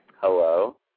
hello